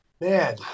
Man